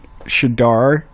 Shadar